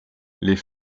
les